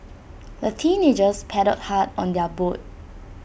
the teenagers paddled hard on their boat